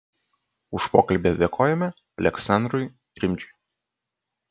už pokalbį dėkojame aleksandrui rimdžiui